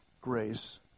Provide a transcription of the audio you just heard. grace